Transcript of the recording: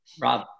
rob